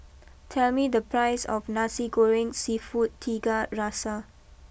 tell me the price of Nasi Goreng Seafood Tiga Rasa